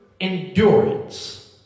endurance